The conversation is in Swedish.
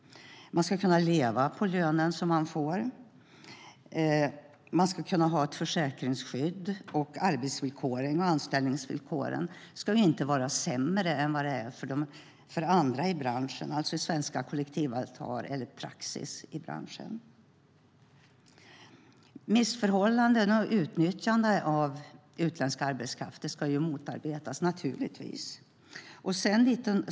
Man ska kunna leva på lönen som man får. Man ska kunna ha ett försäkringsskydd, och arbetsvillkoren och anställningsvillkoren ska inte vara sämre än vad de är för andra i branschen, alltså svenska kollektivavtal eller praxis inom branschen. Missförhållanden och utnyttjande av utländsk arbetskraft ska naturligtvis motarbetas.